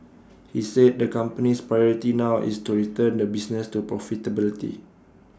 he said the company's priority now is to return the business to profitability